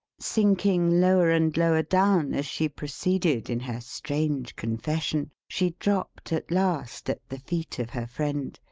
sinking lower and lower down, as she proceeded in her strange confession, she dropped at last at the feet of her friend,